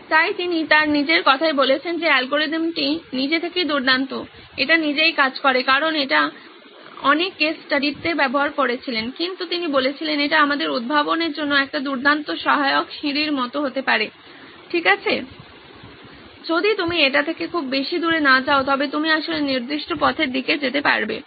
তাই তিনি তার নিজের কথায় বলেছেন যে এই অ্যালগরিদমটি নিজে থেকেই দুর্দান্ত এটি নিজেই কাজ করে কারণ তিনি এটি অনেক কেস স্টাডিতে ব্যবহার করেছিলেন কিন্তু তিনি বলেছিলেন এটি আমাদের উদ্ভাবনের জন্য একটি দুর্দান্ত সহায়ক সিঁড়ির মত হতে পারে ঠিক আছে যদি আপনি এটি থেকে খুব বেশি দূরে না যান তবে আপনি আসলে নির্দিষ্ট পথের দিকে যেতে পারেন